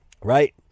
right